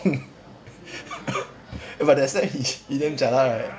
but that sem he he damn jialat right